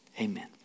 Amen